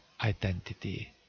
identity